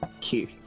Cute